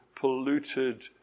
polluted